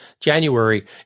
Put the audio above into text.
January